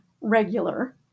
regular